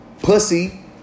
Pussy